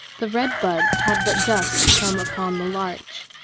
the red buds had but just come upon the larch,